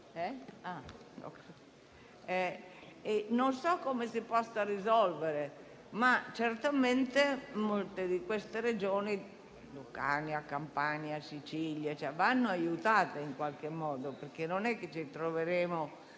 Non so come si possa risolvere, ma certamente molte di queste Regioni, tra cui Basilicata, Campania e Sicilia, vanno aiutate in qualche modo, perché non possiamo trovarci